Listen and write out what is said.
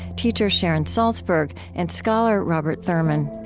teacher sharon salzberg and scholar robert thurman.